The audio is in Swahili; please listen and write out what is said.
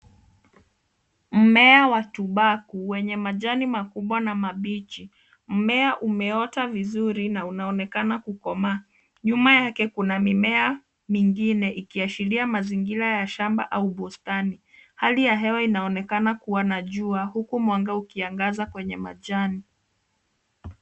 Mmea wa tumbaku wenye majani makubwa na mabichi. Mmea umeota vizuri na unaonekana kukomaa. Nyuma yake kuna mimea mingine ikiashiria mazingira ya shamba au bustani. Hali ya hewa inaonekana kuwa na jua huku mwanga ikiangaza kwenye majani.